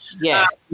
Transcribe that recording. Yes